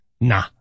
Nah